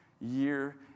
year